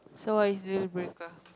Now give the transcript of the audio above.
so what is deal breaker